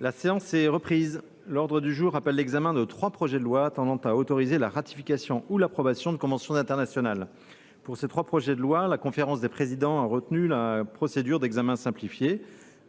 La séance est reprise. L’ordre du jour appelle l’examen de trois projets de loi tendant à autoriser la ratification ou l’approbation de conventions internationales. Pour ces trois projets de loi, la conférence des présidents a retenu la procédure d’examen simplifié.